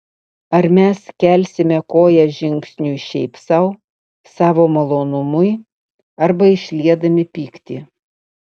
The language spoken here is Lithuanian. ar mes kelsime koją žingsniui šiaip sau savo malonumui arba išliedami pyktį